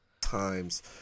times